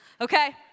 okay